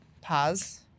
pause